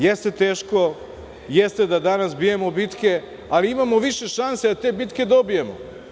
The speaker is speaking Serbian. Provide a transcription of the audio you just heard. Jeste teško, jeste da danas bijemo bitke, ali imamo više šansi da te bitke dobijemo.